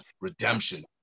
redemption